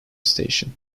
stations